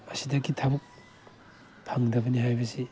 ꯑꯁꯤꯗꯒꯤ ꯊꯕꯛ ꯐꯪꯗꯕꯅꯤ ꯍꯥꯏꯕꯁꯤ